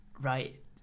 right